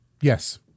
Yes